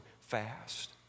fast